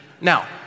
Now